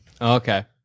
Okay